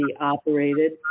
operated